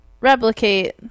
replicate